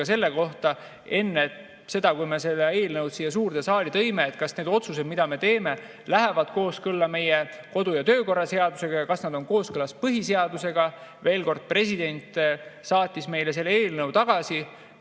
selle kohta enne seda, kui me selle eelnõu siia suurde saali tõime, kas need otsused, mida me teeme, lähevad kooskõlla meie kodu‑ ja töökorra seadusega ja kas nad on kooskõlas põhiseadusega. Veel kord: president saatis meile selle eelnõu tagasi.